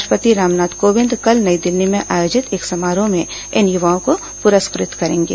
राष्ट्रपति रामनाथ कोविंद कल नई दिल्ली में आयोजित एक समारोह में इन युवाओं को पुरस्कृत करेंगे